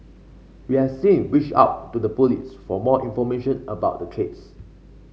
we're since reached out to the Police for more information about the case